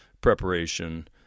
preparation